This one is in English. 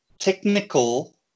technical